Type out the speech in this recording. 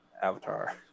avatar